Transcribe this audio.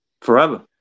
Forever